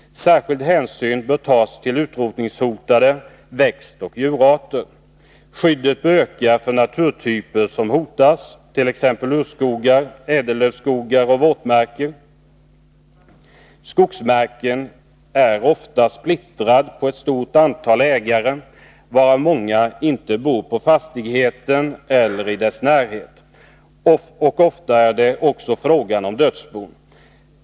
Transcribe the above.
Särskild hänsyn bör tas till utrotningshotade växtoch djurarter. Skyddet bör öka för naturtyper som hotas, t.ex. urskogar, ädellövskogar och våtmarker. Skogsmarken är ofta splittrad på ett stort antal ägare, av vilka många inte bor på fastigheten eller i dess närhet. Ofta är det också fråga om dödsbon.